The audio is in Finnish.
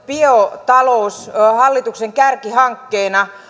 biotalous hallituksen kärkihankkeena